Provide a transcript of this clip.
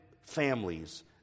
families